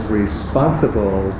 responsible